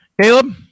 Caleb